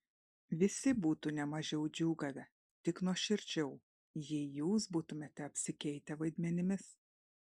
visi būtų ne mažiau džiūgavę tik nuoširdžiau jei jūs būtumėte apsikeitę vaidmenimis